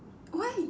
why